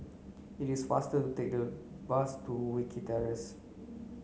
it is faster take the bus to Wilkie Terrace